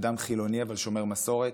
אדם חילוני אבל שומר מסורת.